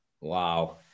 Wow